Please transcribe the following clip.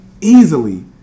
easily